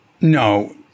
No